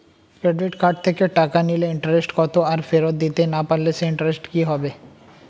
Credit card থেকে টাকা নিলে ইন্টারেস্ট কত আর ফেরত দিতে না পারলে সেই ইন্টারেস্ট কি হবে?